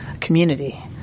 community